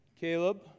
Caleb